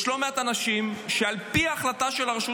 יש לא מעט אנשים שעל פי החלטה של רשות